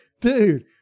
Dude